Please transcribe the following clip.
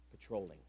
patrolling